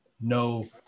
no